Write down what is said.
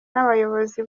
n’abayobozi